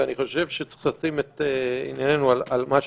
ואני חושב שצריך לשים את עינינו על מה שנותר.